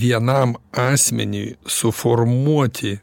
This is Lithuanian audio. vienam asmeniui suformuoti